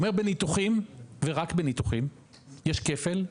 הוא אומר בניתוחים ורק בניתוחים יש כפל,